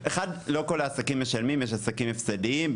לא כל העסקים משלמים; יש עסקים הפסדיים,